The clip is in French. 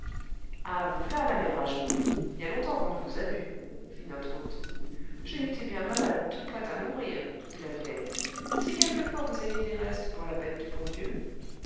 ah vous v'là la mère agenoux y a longtemps qu'on ne vous a vue fit notre hôte j'ai été bien malade toute prête à mourir dit la vieille si quelquefois vous aviez des restes pour la bête du bon dieu